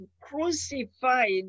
crucified